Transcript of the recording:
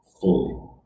fully